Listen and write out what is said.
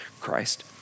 Christ